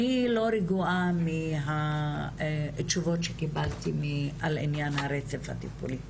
אני לא רגועה מהתשובות שקיבלתי על עניין הרצף הטיפולי,